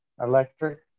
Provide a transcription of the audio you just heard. electric